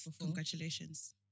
congratulations